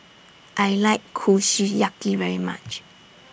I like Kushiyaki very much